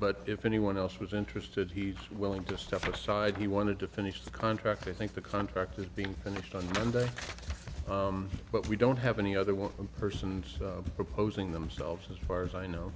but if anyone else was interested he'd willing to step aside he wanted to finish the contract i think the contract is being finished on monday but we don't have any other one persons proposing themselves as far as i know